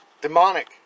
Demonic